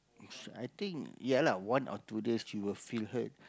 it's I think ya lah one or two days she will feel hurt